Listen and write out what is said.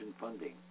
funding